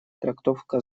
трактовка